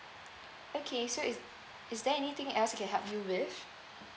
okay so is is there anything else I can help you with